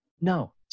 No